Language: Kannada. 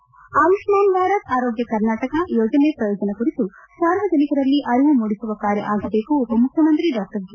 ಆಯುಷ್ಠಾನ್ ಭಾರತ್ ಆರೋಗ್ಯ ಕರ್ನಾಟಕ್ ಯೋಜನೆ ಪ್ರಯೋಜನ ಕುರಿತು ಸಾರ್ವಜನಿಕರಲ್ಲಿ ಅರಿವು ಮೂಡಿಸುವ ಕಾರ್ಯ ಆಗಬೇಕು ಉಪಮುಖ್ಯಮಂತ್ರಿ ಡಾ ಜಿ